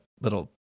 little